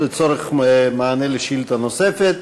לצורך מענה על שאילתה נוספת.